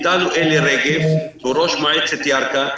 אתנו אלי רגב, ראש מועצת ירכא.